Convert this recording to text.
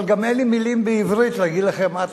אבל גם אין לי מלים בעברית להגיד לכם עד